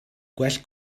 gwell